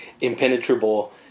impenetrable